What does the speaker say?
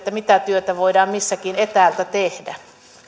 mitä työtä voidaan missäkin etäältä tehdä